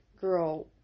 girl